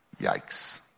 Yikes